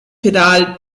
pedal